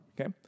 okay